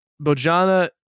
Bojana